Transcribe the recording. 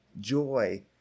joy